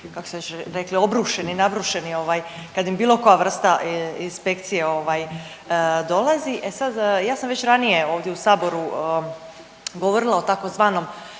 kako ste već rekli obrušeni, nabrušeni kad im bilo koja vrsta inspekcije dolazi. E sad, ja sam već ranije ovdje u Saboru govorila o tzv.